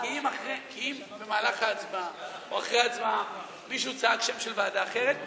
כי לפי התקנון גם אם אחרי ההצבעה הוא אומר ועדה אחרת,